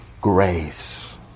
grace